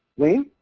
wayne.